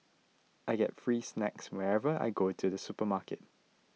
I get free snacks whenever I go to the supermarket